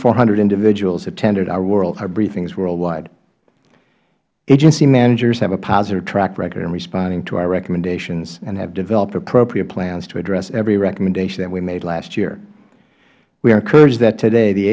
four hundred individuals attended our briefings worldwide agency managers have a positive track record in responding to our recommendations and have developed appropriate plans to address every recommendation that we made last year we are encouraged that today the